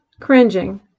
Cringing